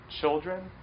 children